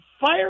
fire